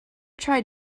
tried